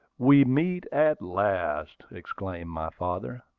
we meet at last! exclaimed my father.